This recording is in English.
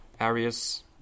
areas